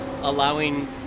allowing